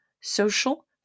social